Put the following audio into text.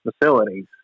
facilities